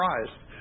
surprised